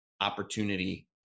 opportunity